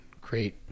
great